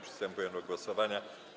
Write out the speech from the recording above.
Przystępujemy do głosowania.